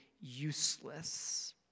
useless